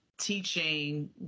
Teaching